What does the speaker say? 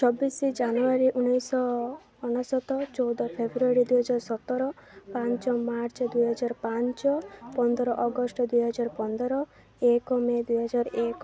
ଚବିଶି ଜାନୁଆରୀ ଉଣେଇଶି ଶହ ଅନେଶତ ଚଉଦ ଫେବୃଆରୀ ଦୁଇ ହଜାର ସତର ପାଞ୍ଚ ମାର୍ଚ୍ଚ ଦୁଇ ହଜାର ପାଞ୍ଚ ପନ୍ଦର ଅଗଷ୍ଟ ଦୁଇ ହଜାର ପନ୍ଦର ଏକ ମେ ଦୁଇ ହଜାର ଏକ